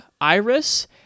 Iris